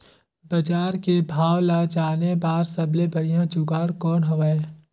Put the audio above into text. बजार के भाव ला जाने बार सबले बढ़िया जुगाड़ कौन हवय?